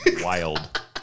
Wild